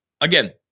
Again